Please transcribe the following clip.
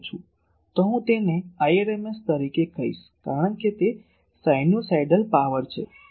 તો હું તેને Irms તરીકે કહીશ કારણ કે તે સાઇનુંસાઇડલ પાવર છે